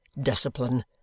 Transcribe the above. Discipline